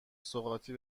سوغاتی